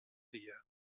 dia